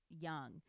young